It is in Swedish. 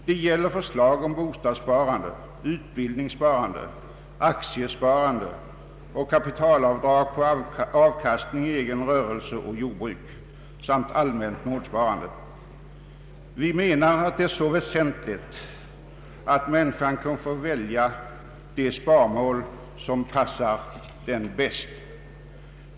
Det gäller förslag om bostadssparande, utbildningssparande, aktiesparande och kapitalavdrag på avkastning av egen rörelse och jordbruk samt allmänt målsparande. Vi menar att det är mycket väsentligt att människan kan få välja det sparmål som passar henne bäst.